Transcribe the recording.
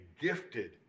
gifted